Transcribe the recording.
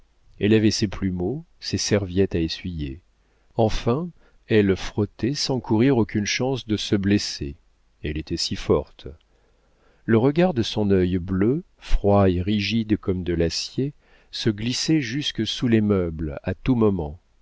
elle avait ses plumeaux ses serviettes à essuyer enfin elle frottait sans courir aucune chance de se blesser elle était si forte le regard de son œil bleu froid et rigide comme de l'acier se glissait jusque sous les meubles à tout moment